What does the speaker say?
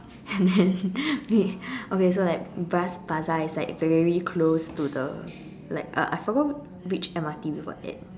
and then okay okay so like Bras-Basah is like very close to the like uh I forgot which M_R_T we were at